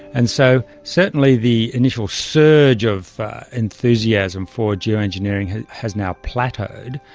and so certainly the initial surge of enthusiasm for geo-engineering has has now plateaued,